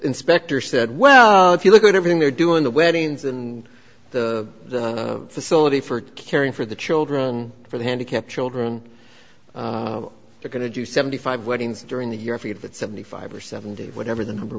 inspector said well if you look at everything they're doing the weddings and the facility for caring for the children for the handicapped children they're going to do seventy five weddings during the year feed that seventy five or seventy whatever the number